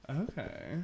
Okay